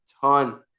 ton